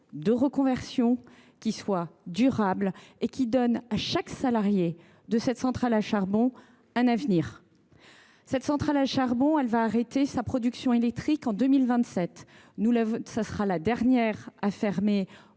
de reconversion qui soit durable et qui donne à chaque salarié de cette centrale un avenir. Cette centrale à charbon arrêtera sa production électrique en 2027. Elle sera la dernière à fermer